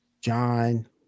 John